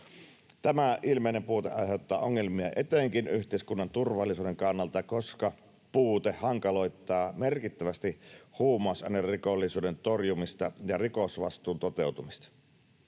Tämä ilmeinen puute aiheuttaa ongelmia etenkin yhteiskunnan turvallisuuden kannalta, koska puute hankaloittaa merkittävästi huumausainerikollisuuden torjumista ja rikosvastuun toteutumista.